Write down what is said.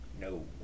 No